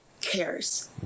cares